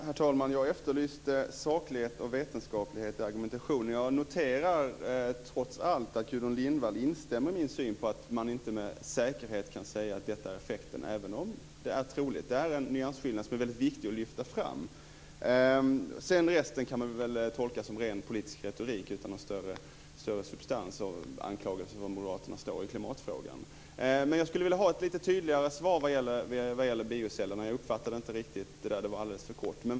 Herr talman! Jag efterlyste saklighet och vetenskaplighet i argumentationen. Jag noterar trots allt att Gudrun Lindvall instämmer i min syn att man inte med säkerhet kan säga att detta är effekten, även om det är troligt. Det är en nyansskillnad som är väldigt viktig att lyfta fram. Resten kan vi väl tolka som ren politisk retorik utan någon större substans. Det var anklagelser om var Moderaterna står i klimatfrågan. Men jag skulle vilja ha ett lite tydligare svar om biocellerna. Jag uppfattade inte det riktigt. Det var alldeles för kort.